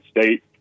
state